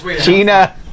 Gina